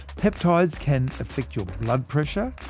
peptides can affect your blood pressure,